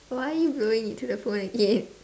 why are you blowing into the phone again